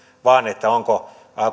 vaan siihen onko